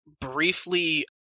briefly